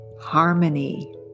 harmony